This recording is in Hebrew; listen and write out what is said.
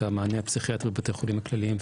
המענה הפסיכיאטרי בבתי חולים כלליים,